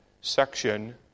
section